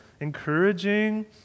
encouraging